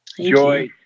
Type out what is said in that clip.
Joy